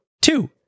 two